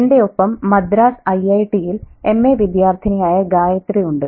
എന്റെ ഒപ്പം മദ്രാസ് ഐഐടിയിൽ എംഎ വിദ്യാർഥിനിയായ ഗായത്രി ഉണ്ട്